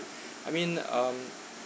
I mean um